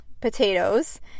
potatoes